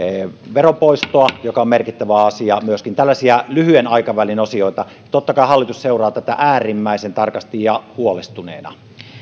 veropoistoa joka on merkittävä asia myöskin tällaisia lyhyen aikavälin asioita totta kai hallitus seuraa tätä äärimmäisen tarkasti ja huolestuneena